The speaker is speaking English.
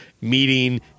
meeting